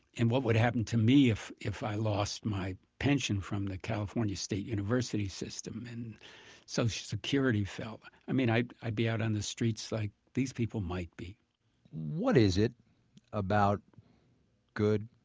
and what would happen to me if if i lost my pension from the california state university system and social security. i mean i'd i'd be out on the streets like these people might be what is it about good,